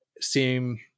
seem